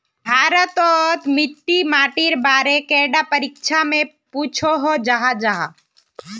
भारत तोत मिट्टी माटिर बारे कैडा परीक्षा में पुछोहो जाहा जाहा?